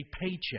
paycheck